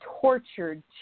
tortured